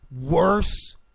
worse